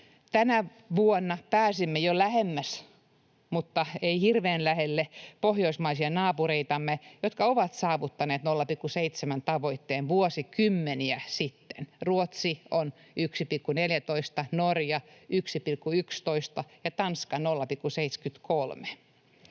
Tänä vuonna pääsimme jo lähemmäs mutta emme hirveän lähelle pohjoismaisia naapureitamme, jotka ovat saavuttaneet 0,7:n tavoitteen vuosikymmeniä sitten — Ruotsi on saavuttanut 1,14, Norja 1,11 ja Tanska 0,73.